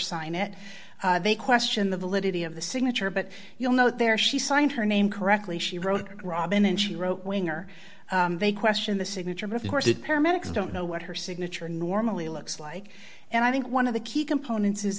sign it they question the validity of the signature but you'll know there she signed her name correctly she wrote robin and she wrote when are they question the signature of course the paramedics don't know what her signature normally looks like and i think one of the key components is